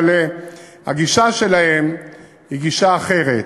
אבל הגישה שלהם היא גישה אחרת,